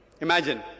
Imagine